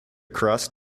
crust